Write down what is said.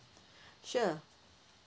sure